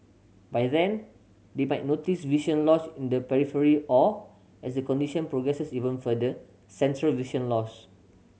by then they might notice vision loss in the periphery or as the condition progresses even further central vision loss